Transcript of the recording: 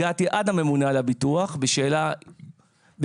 הגעתי עד הממונה על הביטוח בשאלה ספציפית